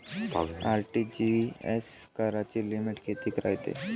RTGS कराची limit कितीक रायते?